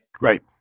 Right